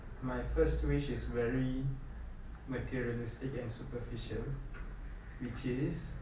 my first wish is very materialistic and superficial which is